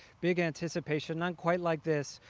big anticipation, not quite like this,